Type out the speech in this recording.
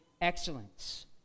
excellence